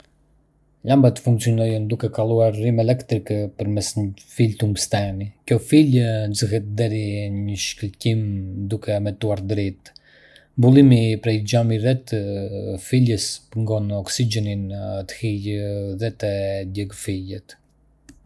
Llambat funksionojnë duke kaluar rrymë elektrike përmes një fije tungsteni. Kjo fije nxehet deri në shkëlqim, duke emetuar dritë. Mbulimi prej xhami rreth fijes pengon oksigjenin të hyjë dhe të djegë fijet.